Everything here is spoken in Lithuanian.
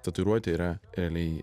tatuiruotė yra realiai